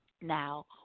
Now